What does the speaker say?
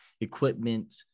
equipment